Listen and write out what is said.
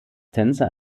tänzer